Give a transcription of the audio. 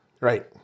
Right